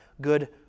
good